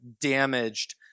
damaged